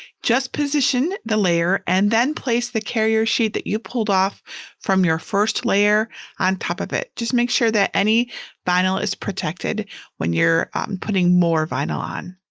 just position the layer and then place the carrier sheet that you pulled off from your first layer on top of it. just make sure that any vinyl is protected when you're putting more vinyl on.